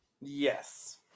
Yes